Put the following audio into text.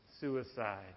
suicide